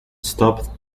stopped